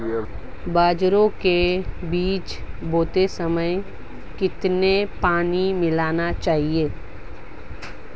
बाजरे के बीज बोते समय कितना पानी मिलाना चाहिए?